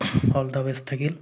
all the best থাকিল